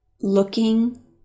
looking